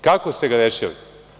Kako ste ga rešili?